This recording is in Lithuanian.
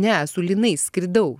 ne su lynais skridau